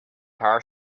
pear